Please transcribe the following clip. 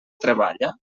treballa